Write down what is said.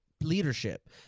leadership